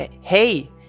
Hey